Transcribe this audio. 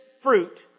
fruit